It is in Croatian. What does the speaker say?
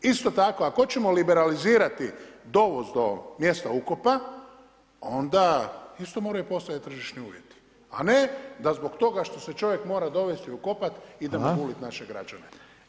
Isto tako, ako hoćemo liberalizirati dovoz do mjesta ukopa, onda isto moraju postojati tržišni uvjeti, a ne da zbog toga što se čovjek mora dovesti u kopat ide guliti naše građane.